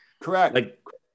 Correct